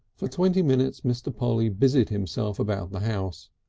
for twenty minutes mr. polly busied himself about the house,